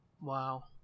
Wow